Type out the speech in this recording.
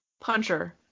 Puncher